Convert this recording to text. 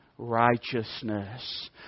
Righteousness